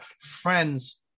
friends